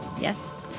Yes